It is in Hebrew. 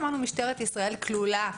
אמרנו שמשטרת ישראל כלולה.